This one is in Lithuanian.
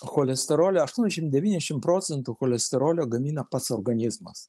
cholesterolio aštuoniašim devyniašim procentų cholesterolio gamina pats organizmas